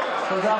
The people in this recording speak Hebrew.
לכן,